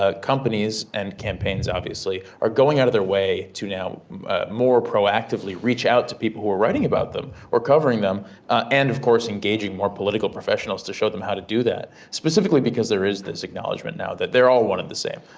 ah companies and campaigns obviously, are going out of their way to now more proactively reach out to people who were writing about them or covering them and of course engaging more political professionals to show them how to do that. specifically because there is this acknowledgment now that they are all one and the same.